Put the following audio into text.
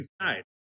inside